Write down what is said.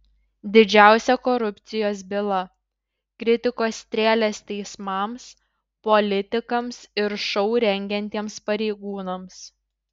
didžiausia korupcijos byla kritikos strėlės teismams politikams ir šou rengiantiems pareigūnams